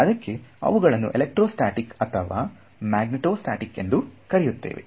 ಅದಕ್ಕೆ ಅವುಗಳನ್ನು electrostatic ಎಂದು ಅಥವಾ ಮ್ಯಾಗ್ನೆಟೂ ಸ್ಟ್ಯಾಟಿಕ್ ಎಂದು ಕರೆಯುತ್ತೇವೆ